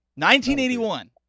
1981